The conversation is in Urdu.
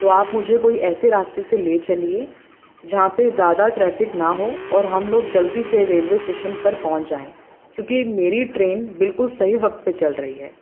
تو آپ مجھے کوئی ایسے راستے سے لے چلیے جہاں پہ زیادہ ٹریفک نہ ہو اور ہم لوگ جلدی سے ریلوے اسٹیشن پر پہنچ جائیں کیونکہ میری ٹرین بالکل صحیح وقت پہ چل رہی ہے